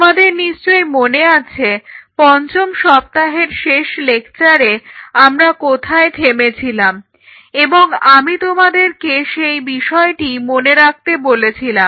তোমাদের নিশ্চয়ই মনে আছে পঞ্চম সপ্তাহের শেষ লেকচারে আমরা কোথায় থেমেছিলাম এবং আমি তোমাদেরকে সেই বিষয়টি মনে রাখতে বলেছিলাম